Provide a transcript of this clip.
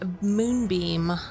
Moonbeam